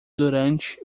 durante